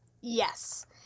Yes